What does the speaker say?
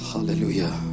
Hallelujah